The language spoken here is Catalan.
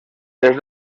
els